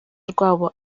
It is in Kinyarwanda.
rwabo